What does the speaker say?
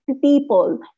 People